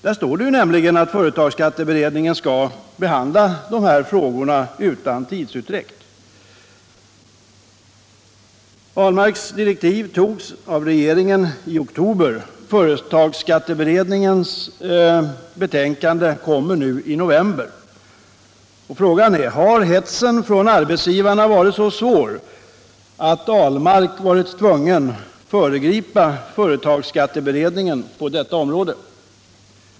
Där står det nämligen att företagsskatteberedningen skall behandla de här frågorna utan tidsutdräkt. Per Ahlmarks direktiv togs av regeringen i oktober. Företagsskatteberedningens betänkande kommer nu i november. Frågan är: Har hetsen från arbetsgivarna varit så svår att Per Ahlmark blivit tvungen att föregripa företagsskatteberedningen på detta område?